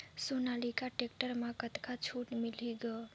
Sonalika tractor म कतका छूट मिलही ग?